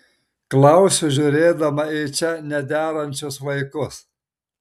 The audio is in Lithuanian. klausiu žiūrėdama į čia nederančius vaikus